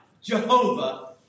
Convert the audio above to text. Jehovah